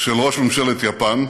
של ראש ממשלת יפן,